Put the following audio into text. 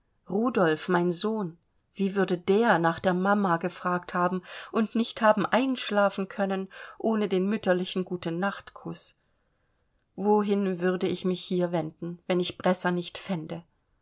rudolf mein sohn wie würde der nach der mama gefragt haben und nicht haben einschlafen können ohne den mütterlichen gutenachtkuß wohin würde ich mich hier wenden wenn ich bresser nicht fände